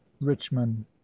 Richmond